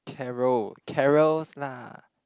carol carols lah